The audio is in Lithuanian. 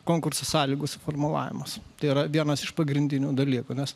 konkurso sąlygų suformulavimas tai yra vienas iš pagrindinių dalykų nes